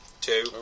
two